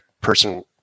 person